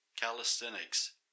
calisthenics